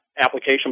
application